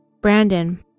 Brandon